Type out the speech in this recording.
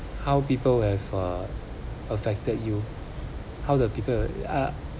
how people have uh affected you how the people I